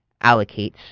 allocates